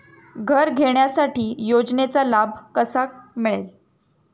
घर घेण्यासाठी योजनेचा लाभ कसा मिळेल?